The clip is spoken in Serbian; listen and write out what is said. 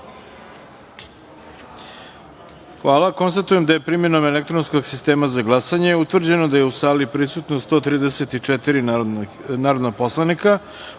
jedinice. Konstatujem da je, primenom elektronskog sistema za glasanje, utvrđeno da je u sali prisutno 134 narodna poslanika,